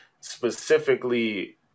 specifically